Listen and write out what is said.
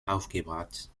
aufgebracht